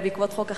בעקבות חוק החרם,